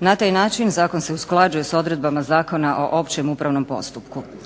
Na taj način zakon se usklađuje sa odredbama Zakona o općem upravnom postupku.